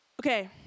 Okay